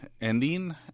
ending